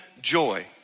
joy